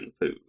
food